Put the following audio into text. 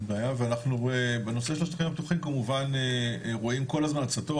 בנושא של השטחים כמובן רואים כל הזמן הצתות,